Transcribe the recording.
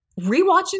Rewatching